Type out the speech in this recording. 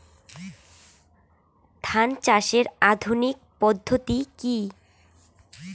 ধান চাষের আধুনিক পদ্ধতি কি?